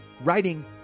Writing